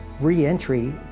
re-entry